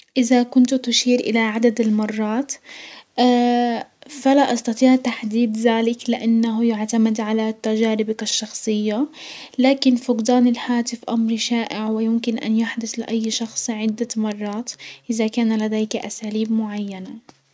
ازا كنت تشير الى عدد المرات فلا استطيع تحديد زلك لانه يعتمد على تجاربك الشخصية، لكن فقدان الهاتف امر شائع ويمكن ان يحدس لاي شخص عدة مرات ازا كان لديك اساليب معينة.